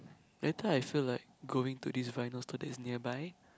everytime I feel like going to these vinyl stores that is nearby